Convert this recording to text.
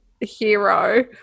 hero